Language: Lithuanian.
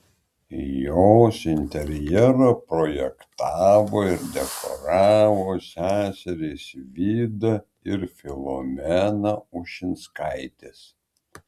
jos interjerą projektavo ir dekoravo seserys vida ir filomena ušinskaitės